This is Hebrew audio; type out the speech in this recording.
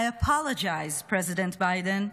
I Apologize, President Biden.